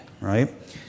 right